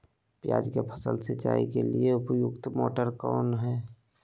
प्याज की फसल सिंचाई के लिए उपयुक्त मोटर कौन है?